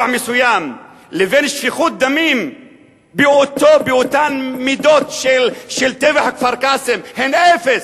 מסוים לבין שפיכות דמים באותן מידות של טבח כפר-קאסם הוא אפס.